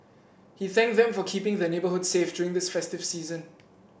he thanked them for keeping the neighbourhood safe during this festive season